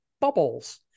bubbles